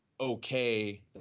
okay